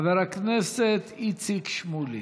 חבר הכנסת איציק שמולי.